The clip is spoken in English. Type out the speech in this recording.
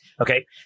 Okay